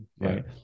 Right